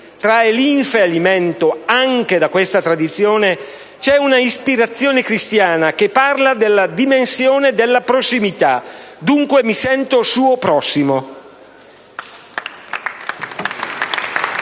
trae linfa e alimento anche da questa tradizione - c'è una ispirazione cristiana che parla della dimensione della prossimità: dunque, mi sento suo prossimo.